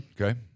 Okay